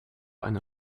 einer